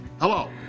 Hello